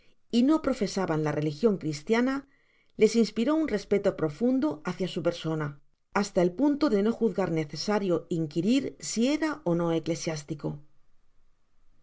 generated at profesaban la religion cristiana les inspiré un respeto profundo hácia su persona basta el punto de no juzgar necesario inquirir si era ó no eclesiástico